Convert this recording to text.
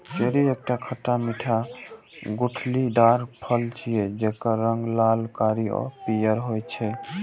cherry एकटा खट्टा मीठा गुठलीदार फल छियै, जेकर रंग लाल, कारी आ पीयर होइ छै